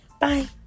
Bye